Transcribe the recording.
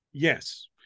Yes